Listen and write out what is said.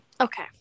Okay